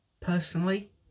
Personally